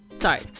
sorry